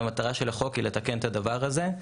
והמטרה של החוק היא לתקן את הדבר הזה.